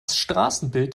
straßenbild